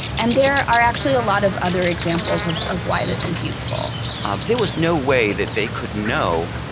and there are actually a lot of other examples of of why this is useful um there was no way that they could know,